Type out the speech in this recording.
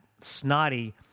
Snotty